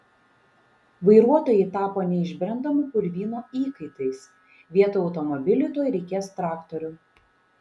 vairuotojai tapo neišbrendamo purvyno įkaitais vietoj automobilių tuoj reikės traktorių